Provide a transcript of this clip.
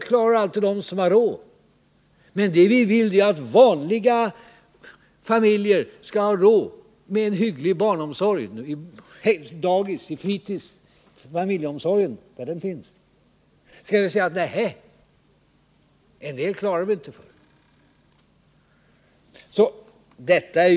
De som har råd kan alltid tillgodose sitt behov av barnomsorg, men vi vill att också vanliga familjer skall ha råd med en hygglig barnomsorg — i dagis, i fritis och i familjeomsorgen, där den finns. Skall vi då säga att vi inte klarar barnomsorgen för alla? Nej, det skall vi inte.